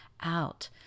out